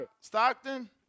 Stockton